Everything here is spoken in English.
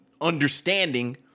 understanding